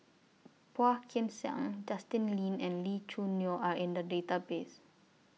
Phua Kin Siang Justin Lean and Lee Choo Neo Are in The Database